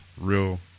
real